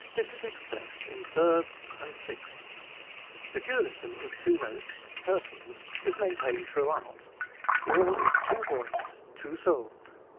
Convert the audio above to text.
this is expressed in thirds and sixths the dualism of two notes persons is maintained throughout all is two-voiced, two-souled.